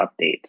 update